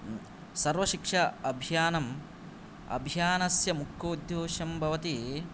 सर्वशिक्षा अभियानम् अभियानस्य मुख्योद्देश्यं भवति